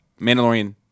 Mandalorian